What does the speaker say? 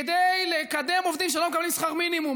כדי לקדם עובדים שלא מקבלים שכר מינימום,